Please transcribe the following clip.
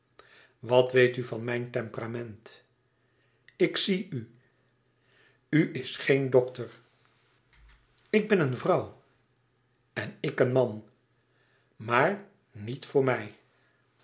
wat weet u van mijn temperament ik zie u u is geen dokter ik ben een vrouw en ik een man maar niet voor mij